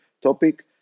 topic